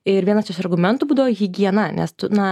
ir vienas iš argumentų būdavo higiena nes tu na